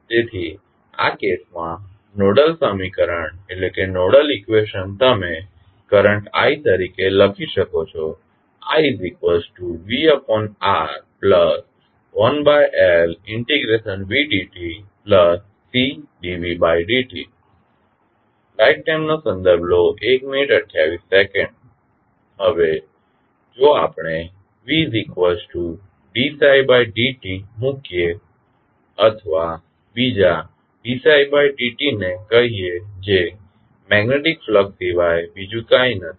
તેથી આ કેસમાં નોડલ સમીકરણ તમે કરંટ તરીકે લખી શકો છો હવે જો આપણે મુકીએ અથવા બીજા ને કહીએ જે મેગ્નેટીક ફલક્સ સિવાય બીજું કંઈ નથી